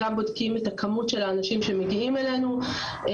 גם בודקים את הכמות של האנשים שמגיעים אלינו,